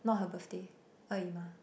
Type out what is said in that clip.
not her birthday